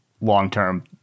long-term